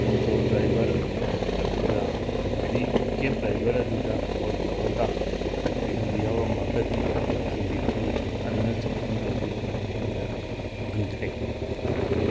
auto driver ꯑꯗꯨꯗ ꯍꯥꯏꯗꯤ cab driver ꯑꯗꯨꯗ ꯐꯣꯟ ꯇꯧꯔꯒ ꯀꯔꯤꯒꯨꯝꯕ ꯌꯥꯨꯔꯝꯃꯒꯗꯤ ꯑꯃꯨꯛꯇꯪ ꯍꯟꯕꯤꯔꯛꯎ ꯍꯟꯗꯨꯅꯁꯨ ꯐꯣꯟ ꯇꯧꯕꯤꯔꯛꯑꯣꯅ ꯃꯉꯣꯟꯗ ꯈꯪꯍꯟꯈ꯭ꯔꯦ